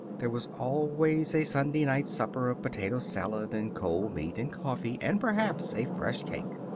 there was always a sunday-night supper of potato salad, and cold meat, and coffee, and perhaps a fresh cake.